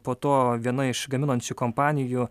po to viena iš gaminančių kompanijų